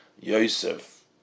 Yosef